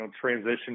transition